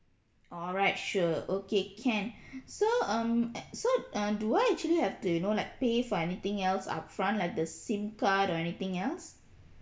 alright sure okay can so um eh so uh do I actually have to you know like pay for anything else upfront like the SIM card or anything else